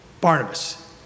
Barnabas